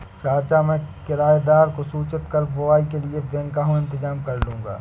चाचा मैं किराएदार को सूचित कर बुवाई के लिए बैकहो इंतजाम करलूंगा